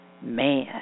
Man